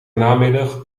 namiddag